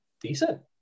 Decent